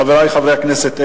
חברי חברי הכנסת,